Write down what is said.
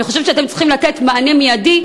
אני חושבת שאתם צריכים לתת מענה מיידי,